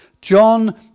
John